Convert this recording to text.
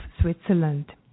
Switzerland